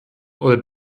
oder